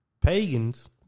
Pagans